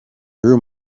room